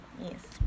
yes